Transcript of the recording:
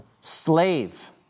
slave